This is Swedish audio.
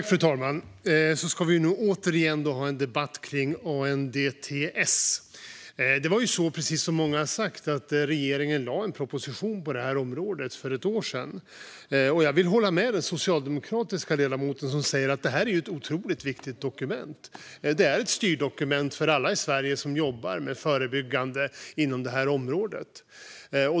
Fru talman! Då ska vi återigen ha en debatt om ANDTS. Precis som många har sagt lade regeringen för ett år sedan fram en proposition på det här området. Jag vill hålla med den socialdemokratiska ledamoten om att det här är ett otroligt viktigt dokument. Det är ett styrdokument för alla i Sverige som jobbar förebyggande inom området.